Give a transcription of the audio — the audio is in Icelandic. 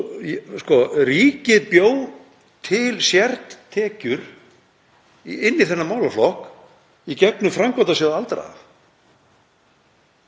Ríkið bjó til sértekjur inn í þennan málaflokk í gegnum Framkvæmdasjóð aldraðra.